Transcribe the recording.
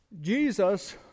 Jesus